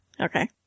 Okay